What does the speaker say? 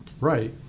Right